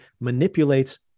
manipulates